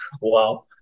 Wow